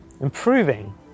improving